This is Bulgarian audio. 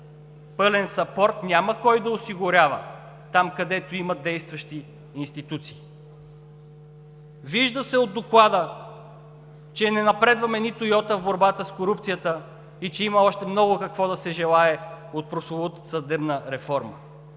Пълен съпорт няма кой да осигурява там, където има действащи институции. Вижда се от Доклада, че не напредваме нито на йота в борбата с корупцията и че има още много какво да се желае от прословутата съдебна реформа.